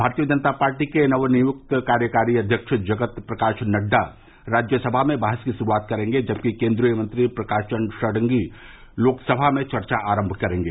भारतीय जनता पार्टी के नव नियुक्त कार्यकारी अध्यक्ष जगत प्रकाश नड्डा राज्यसभा में बहस की श्रूआत करेंगे जबकि केंद्रीय मंत्री प्रताप चंद्र षडंगी लोकसभा में चर्चा आरंभ करेंगे